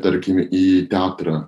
tarkime į teatrą